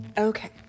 Okay